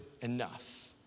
enough